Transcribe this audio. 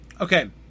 Okay